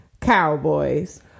Cowboys